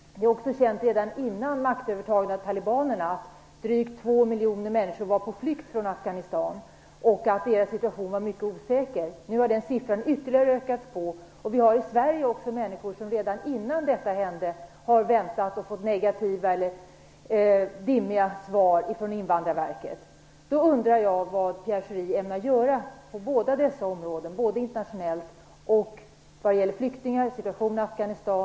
Det var känt redan före talibanernas maktövertagande att drygt 2 miljoner människor var på flykt från Afghanistan och att deras situation var mycket osäker. Nu har den siffran ytterligare ökats på. Det finns i Sverige också människor som väntade redan innan detta hände och som har fått negativa eller dimmiga svar från Invandrarverket. Jag undrar vad Pierre Schori ämnar göra på båda dessa områden - både internationellt och vad gäller flyktingar och deras situation i Afghanistan.